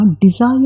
desire